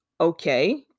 okay